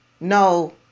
No